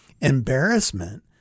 embarrassment